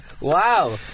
Wow